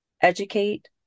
educate